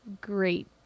Great